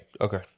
Okay